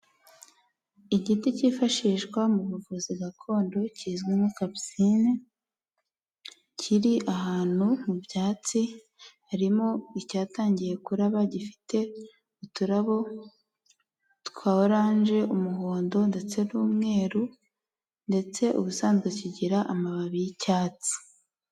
Igiti cyifashishwa mu buvuzi gakondo kizwi nka capusine kiri ahantu mu byatsi harimo icyatangiye kuraba gifite uturabo twa orange umuhondo ndetse n'umweru ndetse ubusanzwe kigira amababi y'icyatsi.